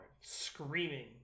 screaming